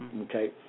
Okay